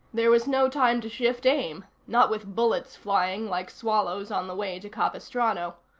there was no time to shift aim not with bullets flying like swallows on the way to capistrano.